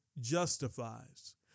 justifies